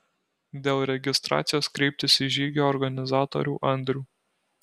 dėl registracijos kreiptis į žygio organizatorių andrių